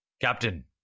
Captain